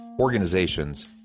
organizations